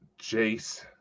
Jace